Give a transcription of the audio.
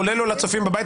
כולל לא לצופים בבית,